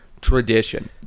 tradition